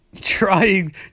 trying